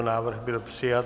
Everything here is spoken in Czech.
Návrh byl přijat.